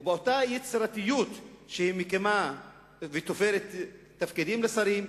ובאותה יצירתיות שהיא מקימה ותופרת תפקידים לשרים,